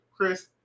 Chris